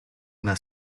una